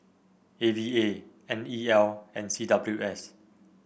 A V A N E L and C W S